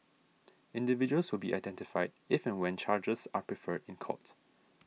individuals will be identified if and when charges are preferred in court